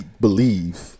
believe